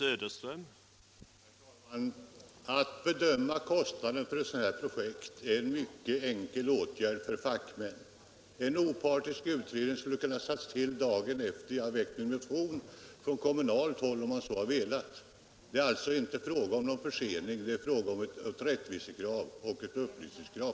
Herr talman! Att bedöma kostnaden för ett sådant här projekt är en mycket enkel uppgift för fackmän. En opartisk utredning skulle ha kunnat tillsättas dagen efter det jag hade väckt min motion — från kommunalt håll om man så hade velat. Det är alltså inte fråga om någon försening utan om ett rättvisekrav och ett upplysningskrav.